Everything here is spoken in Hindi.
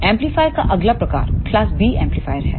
एम्पलीफायर का अगला प्रकार क्लास B एम्पलीफायर है